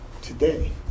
Today